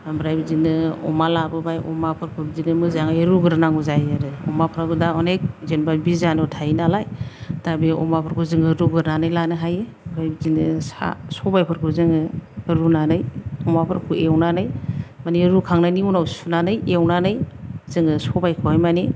आमफ्राय बिदिनो अमा लाबोबाय अमाफोरखौ बिदिनो मोजाङै रुग्रोनांगौ जायो आरो अमाफ्राबो दा अनेक बिजानु थायो नालाय दा बे अमाफोरखौ जोङो रुगोरनानै लानो हायो ओमफाय बिदिनो सा सबायफोरखौबो जोङो रुनानै अमाफोरखौ एवनानै मानि रुखांनायनि उनाव सुनानै एवनानै जोङो सबायखौहाय मानि